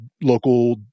local